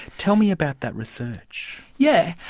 tell me about that research. yeah